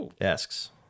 asks